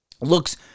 looks